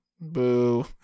boo